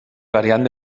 variant